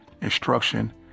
instruction